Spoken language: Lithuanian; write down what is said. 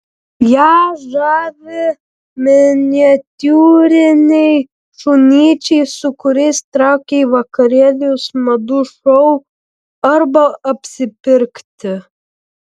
ją žavi miniatiūriniai šunyčiai su kuriais traukia į vakarėlius madų šou arba apsipirkti